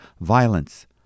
Violence